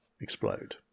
explode